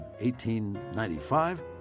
1895